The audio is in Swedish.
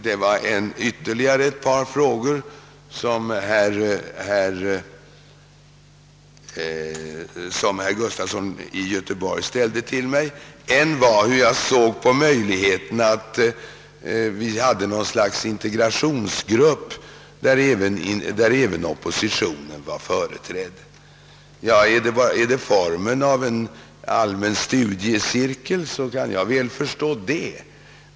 Herr Gustafson ställde ytterligare ett par frågor till mig. En av dem var, om vi inte skulle kunna tillsätta någon sorts integrationsgrupp, där även oppositionen var företrädd. Jag vill svara att om den skall ha formen av en allmän studiecirkel, så har jag ingenting emot det.